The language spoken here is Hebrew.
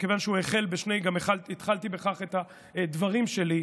גם התחלתי בכך את הדברים שלי,